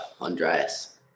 Andreas